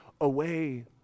away